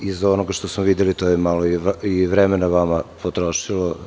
Iz onoga što smo videli, to je malo više vremena vama potrošilo.